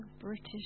British